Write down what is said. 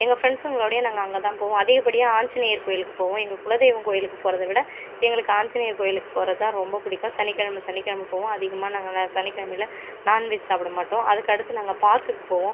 எங்கள் ஃபிரண்ட்ஸ்ங்களோடய நாங்கள் அங்கே தான் போவோம் அதிகப்படியாக ஆஞ்சிநேயர் கோவிலுக்கு போவோம் எங்கள் குலதெய்வம் கோவிலுக்குப் போகிறத விட எங்களுக்கு ஆஞ்சிநேயர் கோவிலுக்குப் போகிறது தான் ரொம்ப பிடிக்கும் சனிக்கிழமை சனிக்கிழமை போவோம் அதிகமாக நாங்கலா சனிக்கிழமையில் நாண்வெஜ் சாப்பிட மாட்டோம் அதுக்கடுத்து நாங்கள் பார்க்குக்கு போவோம்